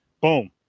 boom